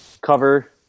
cover